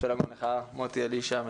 שלום לך מוטי אלישע,